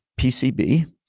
PCB